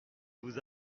vous